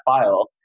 file